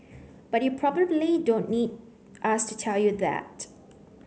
but you probably don't need us to tell you that